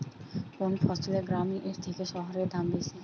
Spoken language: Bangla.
কোন ফসলের গ্রামের থেকে শহরে দাম বেশি?